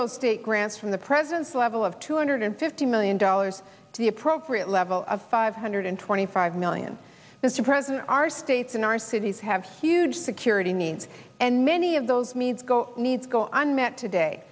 those state grants from the president's level of two hundred fifty million dollars to the appropriate level of five hundred twenty five million is to present our states and our cities have huge security needs and many of those means go needs go on met today